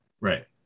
Right